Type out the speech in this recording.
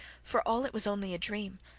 for all it was only a dream,